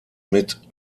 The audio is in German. mit